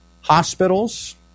Hospitals